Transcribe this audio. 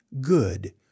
good